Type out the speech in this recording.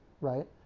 right